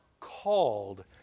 called